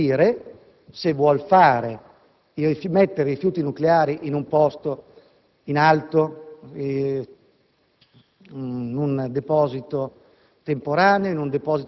Questo Paese deve dire se vuol mettere i rifiuti nucleari in un posto in alto, in un deposito